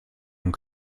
und